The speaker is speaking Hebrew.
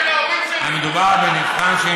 אני אתקשר להורים שלי,